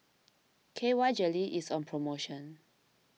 K Y Jelly is on promotion